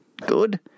good